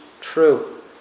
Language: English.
true